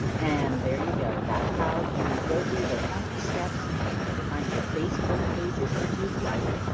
and there you go, that's how you go through the funky steps to find your facebook pages that you've liked.